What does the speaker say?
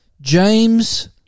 James